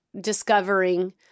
discovering